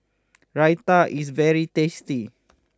Raita is very tasty